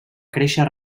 créixer